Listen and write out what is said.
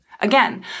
Again